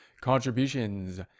Contributions